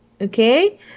okay